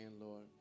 Lord